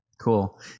cool